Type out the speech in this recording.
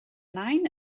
nain